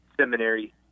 seminary